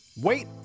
Wait